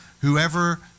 whoever